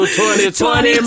2020